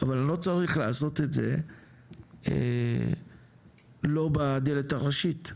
אבל לא צריך לעשות את זה לא בדלת הראשית.